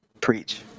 Preach